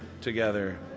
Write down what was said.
together